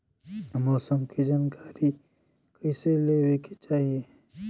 मौसम के जानकारी कईसे लेवे के चाही?